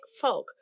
fog